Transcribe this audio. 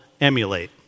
emulate